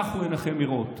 טחו עיניכם מראות.